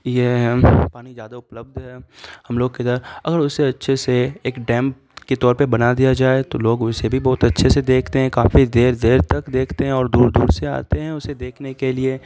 یہ ہے پانی زیادہ اپلبدھ ہے ہم لوگ کے ادھر اگر اسے اچھے سے ایک ڈیم کے طور پہ بنا دیا جائے تو لوگ اسے بھی بہت اچھے سے دیکھتے ہیں کافی دیر دیر تک دیکھتے ہیں اور دور دور سے آتے ہیں اسے دیکھنے کے لیے